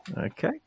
Okay